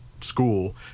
school